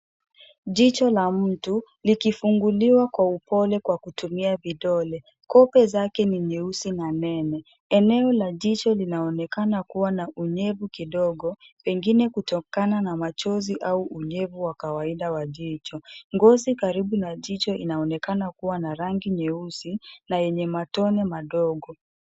Jicho la mtu likifunguliwa kwa upole kutumia vidole. Kope zake ni nyeusi na nene. Eneo la jicho linaonekana kuwa na unyevu kidogo pengine kutokana na machozi au unyevu wa kawaida wa jicho. Ngozi karibu na jicho inaonekana kuwa na rangi nyeusi na yenye matone madogo.